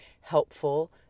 helpful